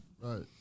Right